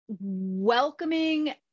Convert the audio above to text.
welcoming